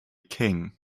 king